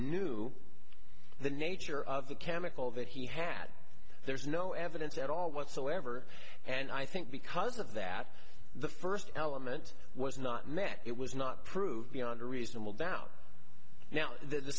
knew the nature of the chemical that he had there's no evidence at all whatsoever and i think because of that the first element was not met it was not proved beyond a reasonable doubt now th